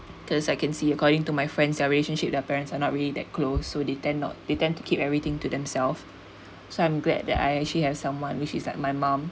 cause I can see according to my friends their relationship their parents are not really that close so they tend not they tend to keep everything to themself so I'm glad that I actually have someone which is like my mum